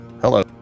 hello